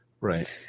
Right